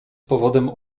powodem